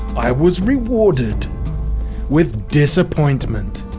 i was rewarded with disappointment.